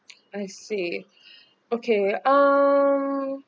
I see okay um